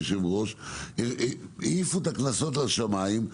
העיפו את הקנסות לשמים,